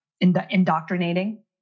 indoctrinating